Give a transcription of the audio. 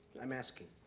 i'm asking.